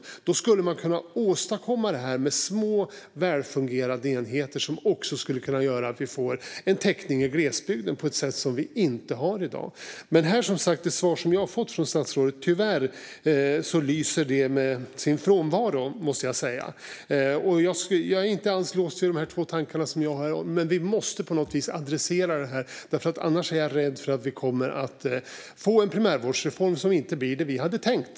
På så sätt skulle man kunna åstadkomma detta med små, välfungerande enheter som också skulle kunna göra så att vi får en täckning i glesbygden på ett sätt som vi inte har i dag. Men i det svar som jag har fått från statsrådet lyser detta tyvärr med sin frånvaro. Jag är inte alls låst vid de två tankar som jag har här i dag, men vi måste på något vis adressera detta. Annars är jag rädd att vi kommer att få en primärvårdsreform som inte blir det vi hade tänkt.